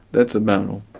that's about all.